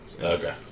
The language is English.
Okay